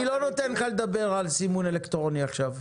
אני לא נותן לך לדבר על סימון אלקטרוני עכשיו.